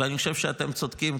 ואני חושב שאתם צודקים,